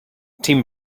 team